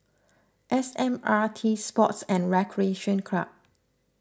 S M R T Sports and Recreation Club